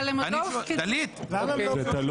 --- דלית, אני שואל